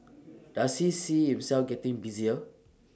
does he see himself getting busier